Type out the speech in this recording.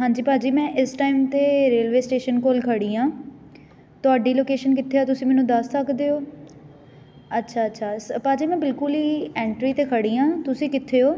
ਹਾਂਜੀ ਭਾਅ ਜੀ ਮੈਂ ਇਸ ਟਾਈਮ 'ਤੇ ਰੇਲਵੇ ਸਟੇਸ਼ਨ ਕੋਲ ਖੜ੍ਹੀ ਹਾਂ ਤੁਹਾਡੀ ਲੋਕੇਸ਼ਨ ਕਿੱਥੇ ਆ ਤੁਸੀਂ ਮੈਨੂੰ ਦੱਸ ਸਕਦੇ ਹੋ ਅੱਛਾ ਅੱਛਾ ਸ ਭਾਅ ਜੀ ਮੈਂ ਬਿਲਕੁਲ ਹੀ ਐਂਟਰੀ 'ਤੇ ਖੜ੍ਹੀ ਹਾਂ ਤੁਸੀਂ ਕਿੱਥੇ ਹੋ